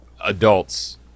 adults